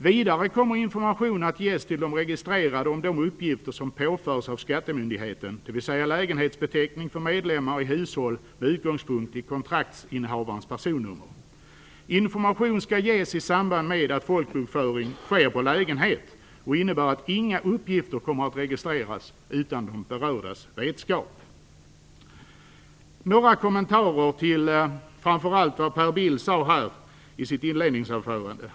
Vidare kommer information att ges till de registrerade om de uppgifter som påförs av skattemyndigheten, dvs. lägenhetsbeteckning för medlemmar i hushåll med utgångspunkt i kontraktsinnehavarens personnummer. Information skall ges i samband med att folkbokföring sker på lägenhet och innebär att inga uppgifter kommer att registreras utan de berördas vetskap. Några kommentarer till framför allt vad Per Bill sade i sitt inledningsanförande.